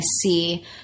see